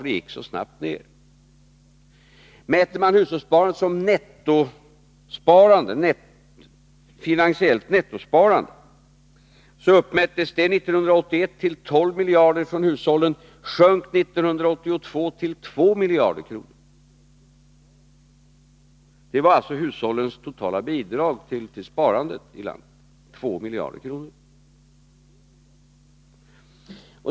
Sett som finansiellt nettosparande uppmättes hushållens sparande 1981 till 12 miljarder och sjönk 1982 till 2 miljarder kronor. Det var alltså hushållens totala bidrag till sparandet i landet — 2 miljarder kronor.